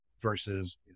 versus